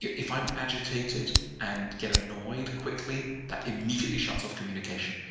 if i'm agitated and get annoyed quickly, that immediately shuts off communication.